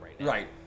Right